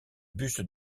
buste